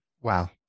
wow